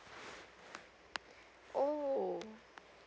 oh